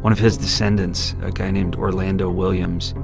one of his descendants, a guy named orlando williams,